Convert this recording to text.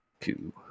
Two